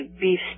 beef